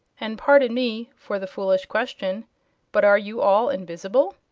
and pardon me for the foolish question but, are you all invisible?